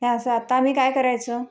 हे असं आता आम्ही काय करायचं